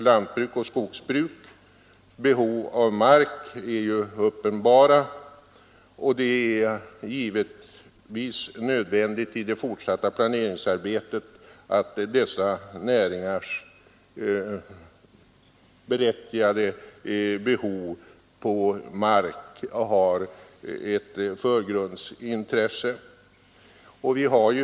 Lantbrukets och skogsbrukets behov av mark är ju uppenbart, och det är givetvis nödvändigt att detta berättigade behov i det fortsatta planeringsarbetet tillmäts ett förgrundsintresse.